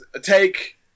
Take